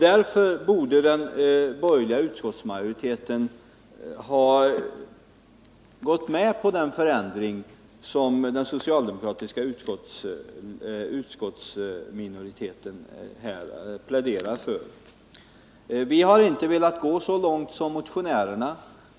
Därför borde den borgerliga utskottsmajoriteten ha gått med på den förändring som den socialdemokratiska utskottsminoriteten här pläderar för. Vi har inte velat gå så långt som motionärerna.